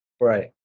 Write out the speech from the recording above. Right